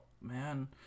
man